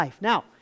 Now